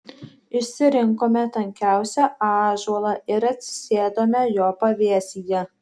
išsirinkome tankiausią ąžuolą ir atsisėdome jo pavėsyje